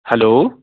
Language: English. hello